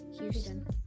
Houston